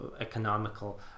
economical